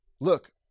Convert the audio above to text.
look